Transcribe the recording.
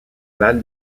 val